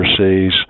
overseas